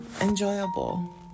enjoyable